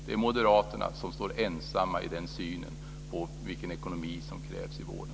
Det är moderaterna som står ensamma i den synen på vilken ekonomi som krävs i vården.